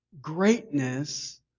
greatness